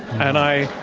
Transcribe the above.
and i